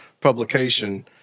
publication